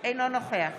אינו נוכח